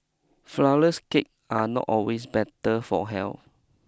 flourless cake are not always better for health